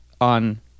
On